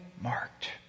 marked